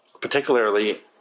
particularly